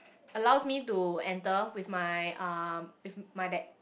allows me to enter with my um my bad